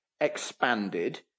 expanded